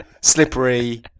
slippery